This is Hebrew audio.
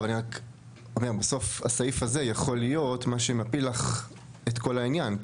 אבל בסוף הסעיף הזה יכול להיות מה שמפיל לך את כל העניין.